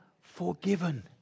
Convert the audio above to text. forgiven